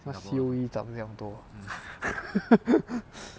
那 C_O_E 长这样多